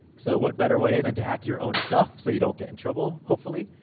so, what better way than to hack your own stuff, so you don't get in trouble, hopefully.